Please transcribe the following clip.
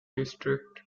district